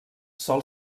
sol